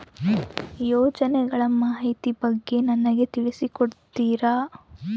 ಯೋಜನೆಗಳ ಮಾಹಿತಿ ಬಗ್ಗೆ ನನಗೆ ತಿಳಿಸಿ ಕೊಡ್ತೇರಾ?